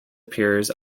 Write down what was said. appears